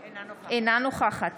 אינה נוכחת